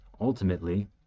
ultimately